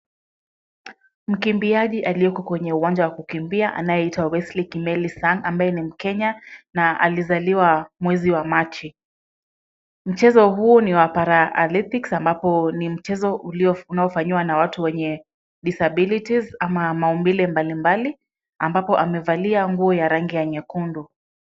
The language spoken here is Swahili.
Mkimbiaji aliyeko kwenye uwanja wa kukimbia anayeitwa Wesley Kimeli Sang ambaye ni mkenya na alizaliwa mwezi wa machi. Mchezo huu ni wa para athletics ambapo ni mchezo unaofanyiwa na watu wenye disabilities ama maumbile mbalimbali ambapo amevalia nguo ya rangi ya nyekundu.